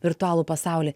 virtualų pasaulį